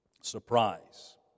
Surprise